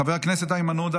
חבר הכנסת איימן עודה,